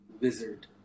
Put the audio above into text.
wizard